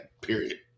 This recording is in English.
period